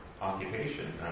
occupation